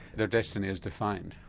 their destiny is defined.